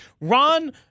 Ron